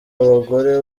abagore